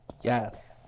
Yes